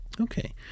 okay